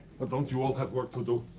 but don't you all have work to do?